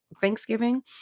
Thanksgiving